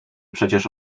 przecież